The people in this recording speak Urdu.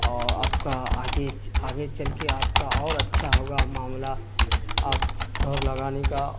اور آپ کا آگے آگے چل کے آپ کا اور اچھا ہوگا معاملہ آپ دوڑ لگانے کا